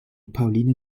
pauline